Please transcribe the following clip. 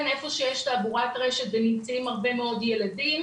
איפה שיש תעבורת רשת ונמצאים הרבה מאוד ילדים,